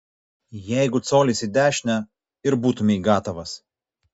jeigu colis į dešinę ir būtumei gatavas